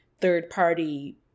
third-party